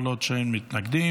כל עוד אין מתנגדים.